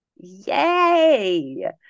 Yay